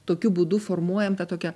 tokiu būdu formuojam tą tokią